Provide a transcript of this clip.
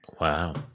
Wow